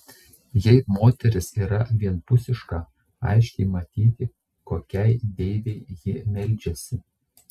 jei moteris yra vienpusiška aiškiai matyti kokiai deivei ji meldžiasi